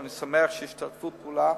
ואני שמח ששיתפו פעולה,